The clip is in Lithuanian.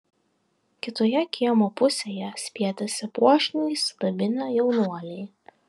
kitoje kiemo pusėje spietėsi puošniai išsidabinę jaunuoliai